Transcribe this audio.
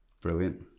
Brilliant